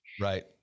right